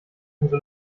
umso